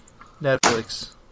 Netflix